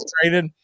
traded